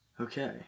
okay